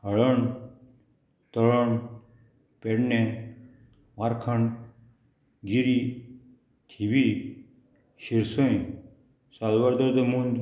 हळण तळण पेडणे मारखांड गिरी थिवी शिर्सय सालवादोर द मूंद